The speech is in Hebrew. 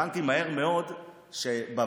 הבנתי מהר מאוד שבוועדות,